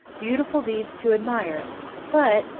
beautiful deeds to admire but,